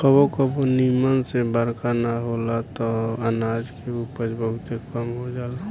कबो कबो निमन से बरखा ना होला त अनाज के उपज बहुते कम हो जाला